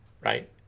right